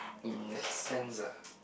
in that sense lah